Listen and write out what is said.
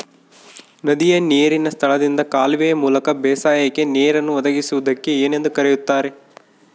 ನದಿಯ ನೇರಿನ ಸ್ಥಳದಿಂದ ಕಾಲುವೆಯ ಮೂಲಕ ಬೇಸಾಯಕ್ಕೆ ನೇರನ್ನು ಒದಗಿಸುವುದಕ್ಕೆ ಏನೆಂದು ಕರೆಯುತ್ತಾರೆ?